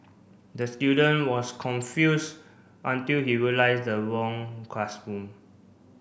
the student was confused until he realised the wrong classroom